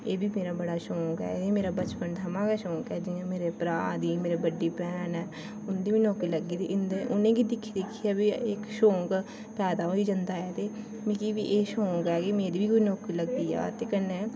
एह् बी मेरा बड़ा शौक ऐ एह् मेरा बचपन थमां गै शौक ऐ जि'यां मेरे भ्राऽ दी मेरी बड़ी भैन ऐ उं'दी बी नौकरी लग्गी दी उनेंगी दिक्खियै दिक्खियै बी इक शौक पैदा होई जंदा ऐ ते मिगी बी एह् शौक कि मेरी बी कोई नौकरी लग्गी जा ते कन्नै